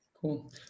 Cool